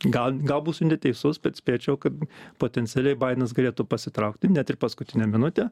gal gal būsiu neteisus bet spėčiau kad potencialiai baidenas galėtų pasitraukti ne tik paskutinę minutę